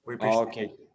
Okay